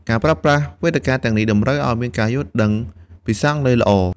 ការប្រើប្រាស់វេទិកាទាំងនេះ តម្រូវឱ្យមានការយល់ដឹងភាសាអង់គ្លេសល្អ។